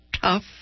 tough